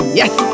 yes